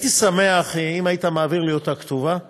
הייתי שמח אם היית מעביר לי אותה כתובה.